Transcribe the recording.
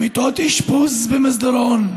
מיטות אשפוז במסדרון,